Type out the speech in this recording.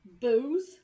booze